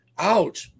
out